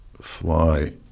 fly